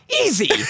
easy